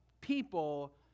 people